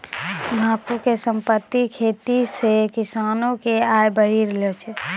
भांगो के सिमित खेती से किसानो के आय बढ़ी रहलो छै